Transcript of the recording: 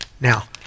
Now